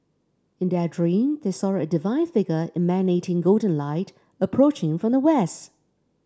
in their dream they saw a divine figure emanating golden light approaching from the west